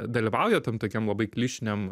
dalyvauja tam tokiam labai klišiniam